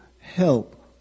help